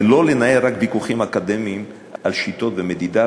ולא רק לנהל ויכוחים אקדמיים על שיטות ומדידה,